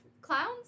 clowns